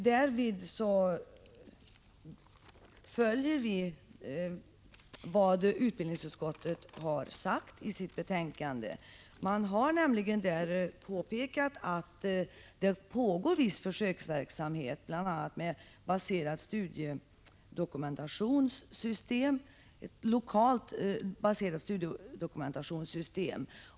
Därvid följer vi vad utbildningsutskottet har sagt i sitt betänkande. Man har där nämligen påpekat att det pågår viss försöksverksamhet, bl.a. med lokalt baserat studiedokumentationssystem.